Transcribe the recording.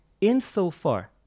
insofar